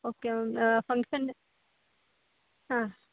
okay function ಹಾಂ